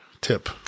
tip